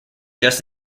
just